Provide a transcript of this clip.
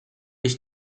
ich